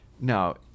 No